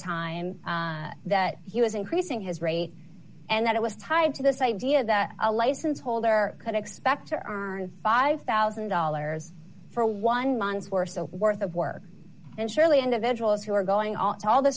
time that he was increasing his rate and that it was tied to the same dia that a license holder could expect to earn five thousand dollars for one month or so worth of work and surely individuals who are going on to all th